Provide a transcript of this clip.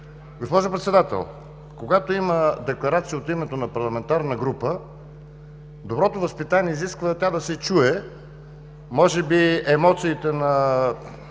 Госпожо Председател, когато има декларация от името на парламентарна група, доброто възпитание изисква тя да се чуе. Може би емоциите на